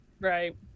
Right